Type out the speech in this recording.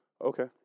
Okay